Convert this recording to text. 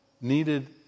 needed